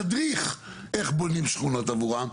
תדריך איך בונים שכונות עבורם.